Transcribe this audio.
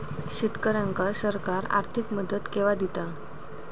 शेतकऱ्यांका सरकार आर्थिक मदत केवा दिता?